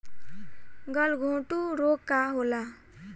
गलघोंटु रोग का होला?